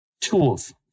tools